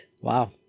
Wow